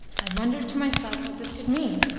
i wondered to myself what this could mean,